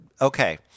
okay